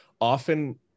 often